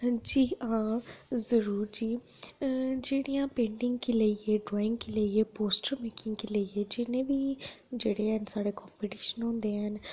जी आं जरूर जी जेह्डि़यां पेंटिंग गी लेइयै ड्राइंग गी लेइयै पोस्टर मेकिंग गी लेइयै जिन्ने बी जेह्ड़े बी ऐ न साढ़े कॉम्पिटिशन होंदे न